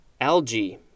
algae